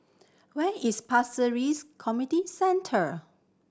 where is Pasir Ris Community Center